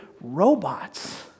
robots